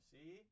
See